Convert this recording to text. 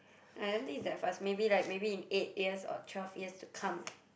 I don't think it's that fast maybe like maybe in eight years or twelve years to come